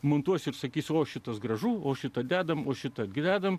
montuos ir sakys va šitas gražu o šito dedame o šitą gyvename